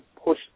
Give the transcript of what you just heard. push